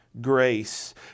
grace